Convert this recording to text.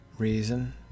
reason